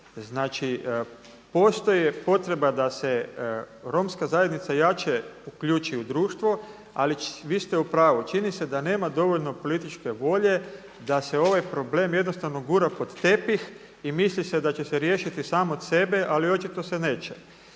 Znači postoji potreba da se romska zajednica jače uključi u društvo, ali vi ste u pravu. Čini se da nema dovoljno političke volje da se ovaj problem jednostavno gura pod tepih i misli se da će se riješiti sam od sebe, ali očito se neće.